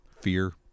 fear